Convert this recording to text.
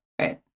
right